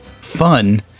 fun